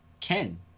Ken